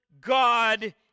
God